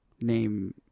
name